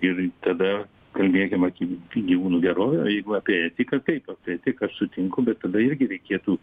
ir tada kalbėkim apie gyvūnų gerovę jeigu apie etiką taip apie etiką aš sutinku bet tada irgi reikėtų